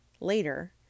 later